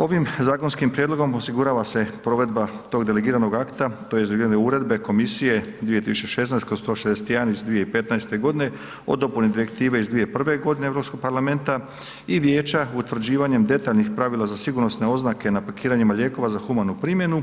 Ovim zakonskim prijedlogom osigurava se provedba tog delegiranog akta tj. delegirane Uredbe komisije 2016/161 iz 2015. godine o dopuni Direktive iz 2001. godine Europskog parlamenta i vijeća utvrđivanjem detaljnih pravila za sigurnosne oznake na pakiranjima lijekova za humanu primjenu